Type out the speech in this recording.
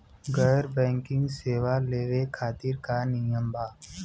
गैर बैंकिंग सेवा लेवे खातिर का नियम बा?